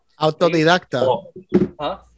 Autodidacta